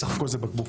בסך הכול זה בקבוקים.